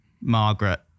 Margaret